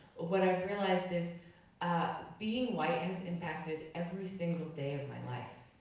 what i've realized is ah being white has impacted every single day of my life.